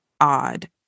odd